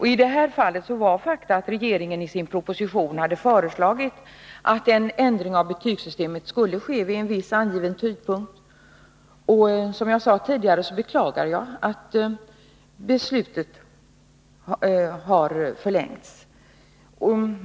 I det här fallet var fakta att regeringen i sin proposition hade föreslagit att en ändring av betygssystemet skulle ske vid en viss angiven tidpunkt. Som jag sade tidigare beklagar jag att verkställigheten av beslutet har fördröjts.